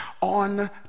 on